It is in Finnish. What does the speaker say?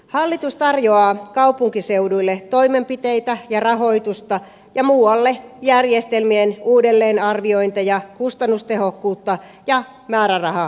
hallitus tarjoaa kaupunkiseuduille toimenpiteitä ja rahoitusta ja muualle järjestelmien uudelleenarviointeja kustannustehokkuutta ja määrärahaleikkauksia